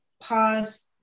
pause